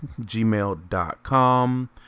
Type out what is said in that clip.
gmail.com